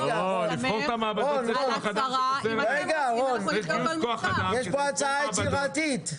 יש פה הצעה יצירתית.